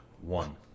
one